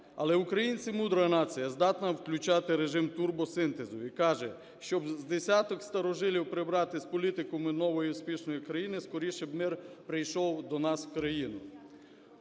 Але українці - мудра нація, здатна включати режим турбосинтезу, і каже: щоб з десяток старожилів прибрати з політикуму нової успішної країни - скоріше б мир прийшов до нас в країну.